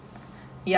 mm